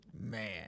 Man